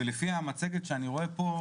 ולפי המצגת שאני רואה פה,